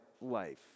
life